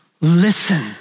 listen